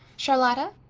charlotta,